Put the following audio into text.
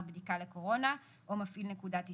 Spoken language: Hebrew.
בדיקה לקורונה או מפעיל נקודת איסוף.